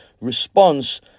response